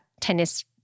tennis